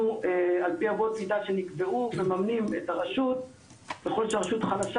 על פי אמות מידה שנקבעו מממנים את הרשות ככל שהרשות חלשה